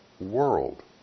world